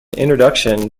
introduction